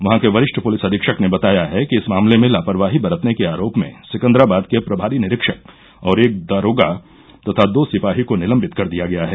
वहां के वरिष्ठ पुलिस अधीक्षक ने बताया है कि इस मामले में लापरवाही बरतने के आरोप में सिकन्दराबाद के प्रभारी निरीक्षक और एक दरोगा तथा दो सिपाही को निलम्बित कर दिया गया है